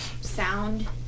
sound